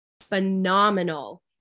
phenomenal